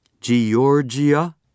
Georgia